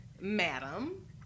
Madam